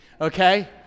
okay